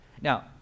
Now